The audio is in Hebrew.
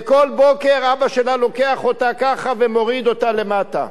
וכל בוקר אבא שלה לוקח אותה ככה ומוריד אותה למטה.